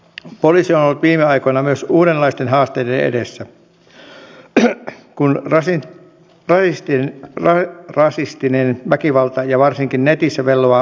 ennen sitä on kuitenkin käytävä läpi muutamia raja alueilla olevien kuntien kysymyksiä siitä mihin itsehallintoalueisiin ja sote alueisiin nämä raja alueilla olevat kunnat kuuluvat